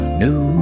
new